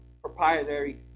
proprietary